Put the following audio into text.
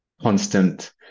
constant